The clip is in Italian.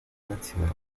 nazionali